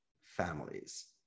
families